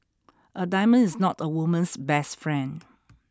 a diamond is not a woman's best friend